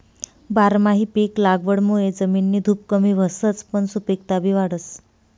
बारमाही पिक लागवडमुये जमिननी धुप कमी व्हसच पन सुपिकता बी वाढस